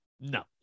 no